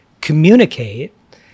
communicate